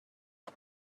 است